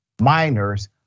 minors